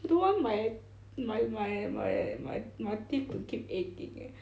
I don't want my my my my my my teeth to keep aching eh